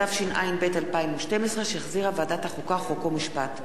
התשע"ב 2012, שהחזירה ועדת החוקה, חוק ומשפט.